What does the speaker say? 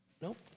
Nope